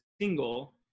single